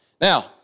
Now